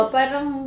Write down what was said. Parang